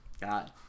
God